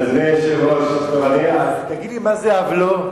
אדוני היושב-ראש, טוב, אני, תגיד לי מה זה "הבלו"?